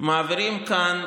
מעבירים כאן,